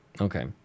Okay